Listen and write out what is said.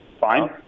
fine